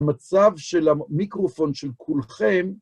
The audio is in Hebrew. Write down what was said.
מצב של המיקרופון של כולכם